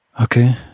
Okay